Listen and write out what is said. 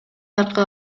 аркы